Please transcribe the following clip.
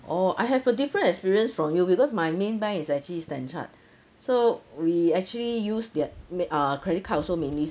oh I have a different experience from you because my main bank is actually stan chart so we actually use their uh credit card also mainly